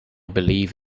believe